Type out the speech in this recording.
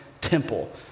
temple